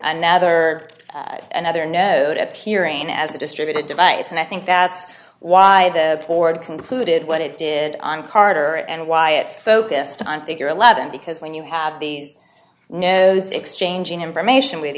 the other another note appearing as a distributed device and i think that's why the board concluded what it did on carter and why it focused on figure eleven because when you have these nodes exchanging information with